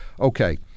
okay